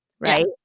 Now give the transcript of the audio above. Right